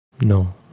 No